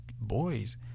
boys